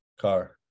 Car